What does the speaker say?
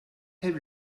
have